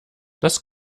das